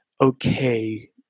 okay